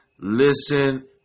listen